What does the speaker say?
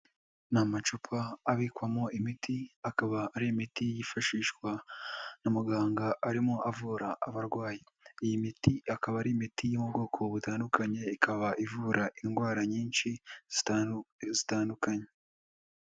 Ni amacupa abikwamo imiti akaba ari imiti yifashishwa na muganga arimo avura abarwayi, iyi miti akaba ari imiti yo mu bwoko butandukanye, ikaba ivura indwara nyinshi zitandukanye.